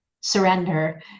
surrender